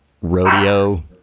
rodeo